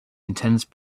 intense